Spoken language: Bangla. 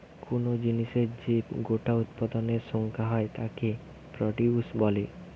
কুনো জিনিসের যে গোটা উৎপাদনের সংখ্যা হয় তাকে প্রডিউস বলে